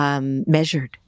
measured